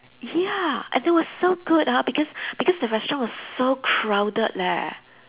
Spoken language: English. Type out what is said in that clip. ya and it was so good ah because because the restaurant was so crowded leh